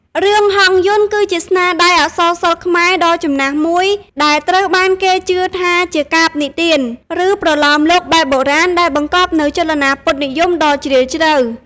រឿង ហង្សយន្ត គឺជាស្នាដៃអក្សរសិល្ប៍ខ្មែរដ៏ចំណាស់មួយ ដែលត្រូវបានគេជឿថាជាកាព្យនិទាន ឬប្រលោមលោកបែបបុរាណ ដែលបង្កប់នូវចលនាពុទ្ធនិយមដ៏ជ្រាលជ្រៅ។